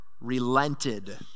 relented